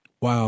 Wow